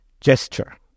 gesture